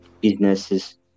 businesses